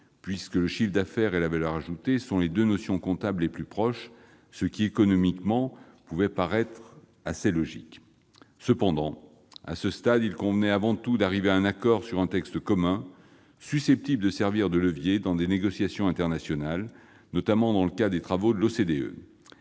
puisque le chiffre d'affaires et la valeur ajoutée sont les deux notions comptables les plus proches, ce qui, économiquement, pouvait paraître assez logique. Cependant, à ce stade, il convenait avant tout de parvenir à un accord sur un texte commun, susceptible de servir de levier dans les négociations internationales, notamment dans le cadre des travaux de l'OCDE.